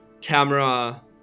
camera